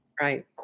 Right